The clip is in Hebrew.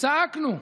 צעקנו שהבנייה,